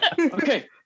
Okay